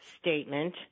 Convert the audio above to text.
statement